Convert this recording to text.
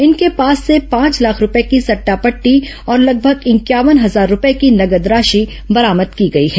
इनके पास से पांच लाख रूपये की सट्टा पट्टी और लगभग इंक्यावन हजार रूपये की नगद राशि बरामद की गई है